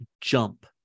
Jump